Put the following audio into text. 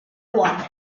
one